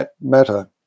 matter